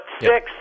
six